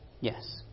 Yes